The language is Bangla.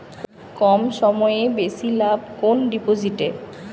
কম সময়ে বেশি লাভ কোন ডিপোজিটে?